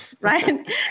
right